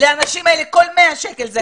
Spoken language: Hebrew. לאנשים האלה כל 100 שקל חשובים.